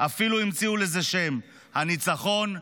ואפילו המציאו לזה שם: הניצחון המוחלט.